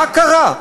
מה קרה?